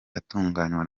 atunganywa